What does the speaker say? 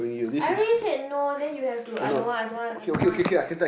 I already said no then you have to I don't want I don't want I don't want